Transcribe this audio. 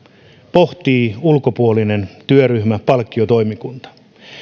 pohtii ulkopuolinen työryhmä palkkiotoimikunta